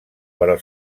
però